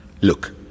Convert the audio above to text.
Look